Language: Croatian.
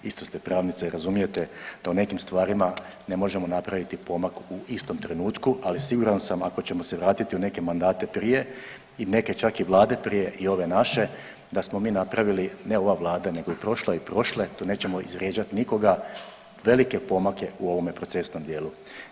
Isto ste pravnica i razumijete da u nekim stvarima ne možemo napraviti pomak u istom trenutku, ali siguran sam ako ćemo se vratiti u neke mandate prije i neke čak i vlade prije i ove naše da smo mi napravili, ne ova vlada nego i prošla i prošle, tu nećemo izvrijeđat nikoga, velike pomake u ovome procesnom dijelu.